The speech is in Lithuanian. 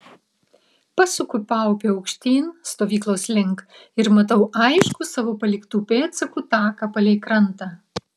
pasuku paupiu aukštyn stovyklos link ir matau aiškų savo paliktų pėdsakų taką palei krantą